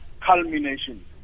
culmination